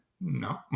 no